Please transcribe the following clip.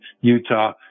Utah